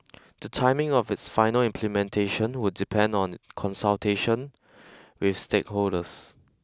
the timing of its final implementation would depend on consultation with stakeholders